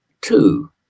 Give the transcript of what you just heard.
two